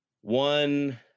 one